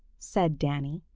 said danny.